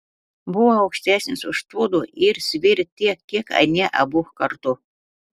buvo aukštesnis už tuodu ir svėrė tiek kiek anie abu kartu